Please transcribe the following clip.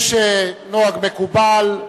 יש נוהג מקובל,